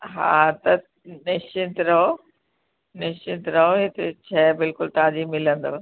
हा त निश्चित रहो निश्चित रहो हिते शइ बिल्कुलु ताज़ी मिलंदव